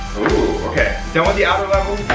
oh, okay. done with the outer level,